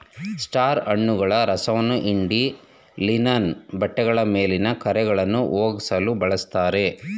star ಹಣ್ಣುಗಳ ರಸವನ್ನ ಹಿಂಡಿ ಲಿನನ್ ಬಟ್ಟೆಗಳ ಮೇಲಿನ ಕರೆಗಳನ್ನಾ ಹೋಗ್ಸಲು ಬಳುಸ್ತಾರೆ